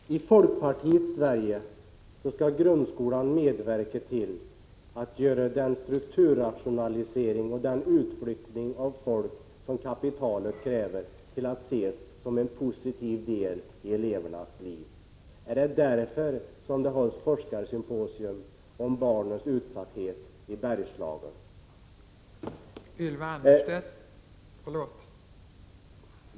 Fru talman! I folkpartiets Sverige skall grundskolan medverka till att den strukturrationalisering och den utflyttning av folk som kapitalet kräver skall ses som en positiv del i elevernas liv. Är det därför som det hålls forskarsymposium om barnens utsatthet i Bergslagen?